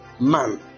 man